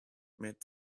mid